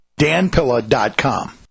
danpilla.com